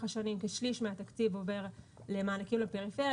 השנים כשליש מהתקציב עובר למענקים לפריפריה.